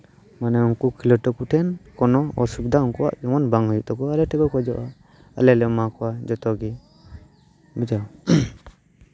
ᱢᱟᱱᱮ ᱩᱱᱠᱩ ᱠᱷᱮᱞᱳᱰ ᱛᱟᱠᱚ ᱴᱷᱮᱱ ᱠᱳᱱᱳ ᱚᱥᱩᱵᱤᱫᱷᱟ ᱩᱱᱠᱩᱣᱟᱜ ᱡᱮᱱᱚ ᱵᱟᱝ ᱦᱩᱭᱩᱜ ᱛᱟᱠᱚ ᱟᱞᱮ ᱴᱷᱮᱱ ᱠᱚ ᱠᱷᱚᱡᱚᱜᱼᱟ ᱟᱞᱮ ᱞᱮ ᱮᱢᱟ ᱠᱚᱣᱟ ᱡᱚᱛᱚᱜᱮ ᱵᱩᱡᱷᱟᱹᱣ